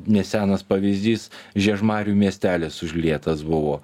nesenas pavyzdys žiežmarių miestelis užlietas buvo